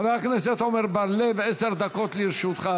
חבר הכנסת עמר בר-לב, עשר דקות לרשותך,